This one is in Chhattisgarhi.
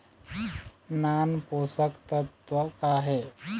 नान पोषकतत्व का हे?